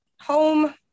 Home